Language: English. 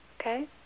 Okay